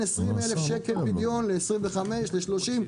20,000 שקל פדיון ל-25,000 ל-30,000,